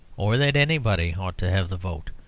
or that anybody ought to have the vote.